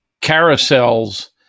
carousels